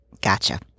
Gotcha